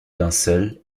linceul